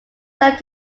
sent